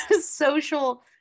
Social